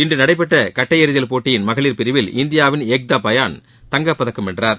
இன்று நடைபெற்ற கட்டை எறிதல் போட்டியின் மகளிர் பிரிவில் இந்தியாவின் ஏக்தா பயான் தங்கப்பதக்கம் வென்றார்